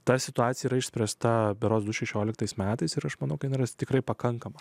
ta situacija yra išspręsta berods du šešioliktais metais ir aš manau yra tikrai pakankama